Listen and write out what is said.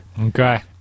Okay